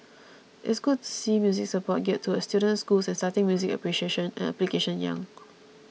it's good to see music support geared towards students and schools and starting music appreciation and application young